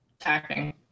attacking